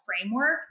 framework